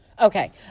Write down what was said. Okay